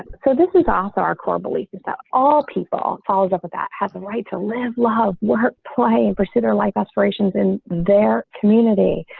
so this is also our core belief is that all people follows up with that has the right to live, live, work, play, and pursued her life aspirations in their community.